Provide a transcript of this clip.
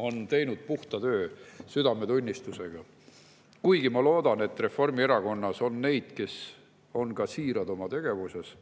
on teinud puhta töö südametunnistusega. Kuigi ma loodan, et Reformierakonnas on neid, kes on ka siirad oma tegevuses.